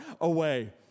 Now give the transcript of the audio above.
away